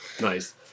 nice